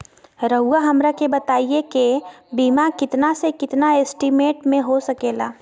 रहुआ हमरा के बताइए के बीमा कितना से कितना एस्टीमेट में हो सके ला?